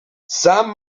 san